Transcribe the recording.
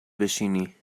بشینی